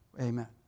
Amen